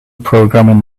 programming